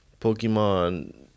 Pokemon